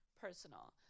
personal